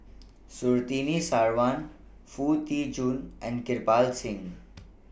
Surtini Sarwan Foo Tee Jun and Kirpal Singh